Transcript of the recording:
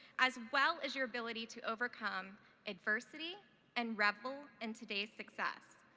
as well as your ability to overcome adversity and revel in today's success.